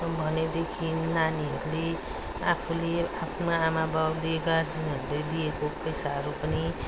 भनेदेखि नानीहरूले आफूले आफ्नो आमा बाउले गार्जेनहरूले दिएको पैसाहरू पनि